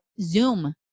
Zoom